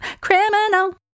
Criminal